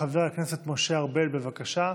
חבר הכנסת משה ארבל, בבקשה.